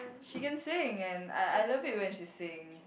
she can sing and I I love it when she sing